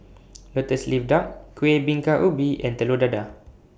Lotus Leaf Duck Kueh Bingka Ubi and Telur Dadah